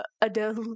Adele